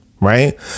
Right